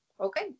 Okay